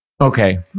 okay